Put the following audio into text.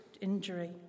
injury